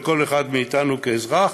כל אחד מאיתנו כאזרח,